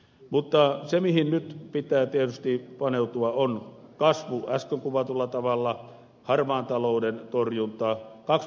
mutta se mihin nyt pitää tietysti paneutua on kasvu äsken kuvatulla tavalla harmaan talouden torjunta